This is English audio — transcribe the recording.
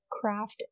craft